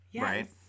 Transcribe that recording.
Right